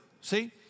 See